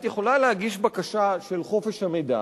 את יכולה להגיש בקשה של חופש המידע,